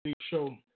Show